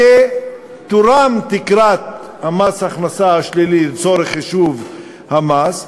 שתורם תקרת מס ההכנסה השלילי לצורך חישוב המס,